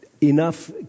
enough